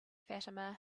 fatima